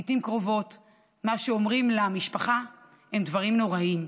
לעיתים קרובות מה שאומרים למשפחה זה דברים נוראיים.